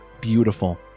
beautiful